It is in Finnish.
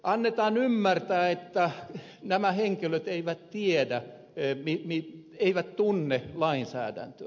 annetaan ymmärtää että nämä henkilöt eivät tunne lainsäädäntöä